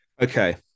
Okay